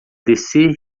descer